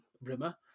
Rimmer